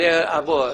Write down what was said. אני אבוא.